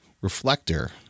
reflector